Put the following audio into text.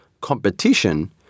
competition